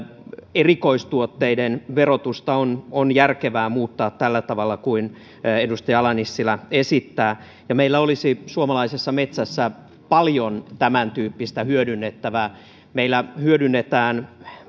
erikoistuotteiden verotusta on on järkevää muuttaa tällä tavalla kuin edustaja ala nissilä esittää ja meillä olisi suomalaisessa metsässä paljon tämäntyyppistä hyödynnettävää meillä hyödynnetään